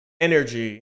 energy